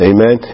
Amen